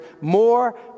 more